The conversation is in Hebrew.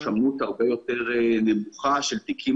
יש כמות הרבה יותר נמוכה של תיקים